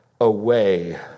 away